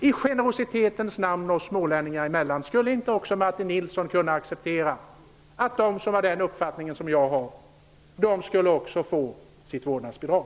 I generositetens namn, oss smålänningar emellan, skulle inte även Martin Nilsson kunna acceptera att de som delar min uppfattning också skulle få sitt vårdnadsbidrag?